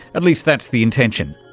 at least that's the intention.